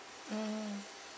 mmhmm